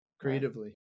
Creatively